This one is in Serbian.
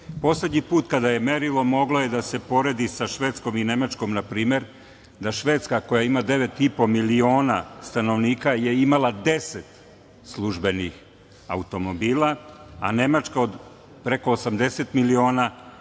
Poslednji put kada se merilo, moglo je da se poredi sa Švedskom i Nemačkom npr. da Švedska koja ima 9,5 miliona stanovnika je imala 10 službenih automobila, a Nemačka od preko 80 miliona je imala